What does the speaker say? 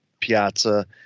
piazza